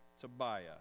Tobiah